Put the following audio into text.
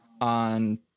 on